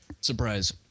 surprise